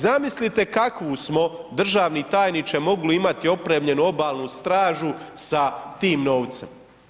Zamislite kakvu smo, državni tajniče mogli imati opremljenu obalnu stražu sa tim novcem.